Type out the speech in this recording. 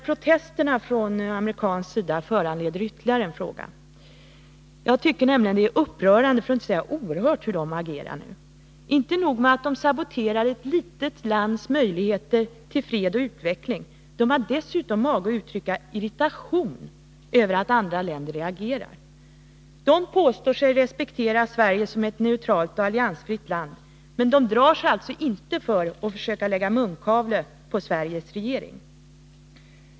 Protesterna från amerikansk sida föranleder ytterligare en fråga. Jag tycker det är upprörande, för att inte säga oerhört, hur man där agerar. Inte nog med att de saboterar ett litet lands möjligheter till fred och utveckling — de har dessutom mage att uttrycka ”irritation” över att andra länder reagerar. De påstår sig respektera Sverige som ett neutralt och alliansfritt land, men de drar sig alltså inte för att försöka lägga munkavle på Sveriges regering.